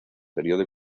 periodo